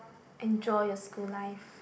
enjoy your school life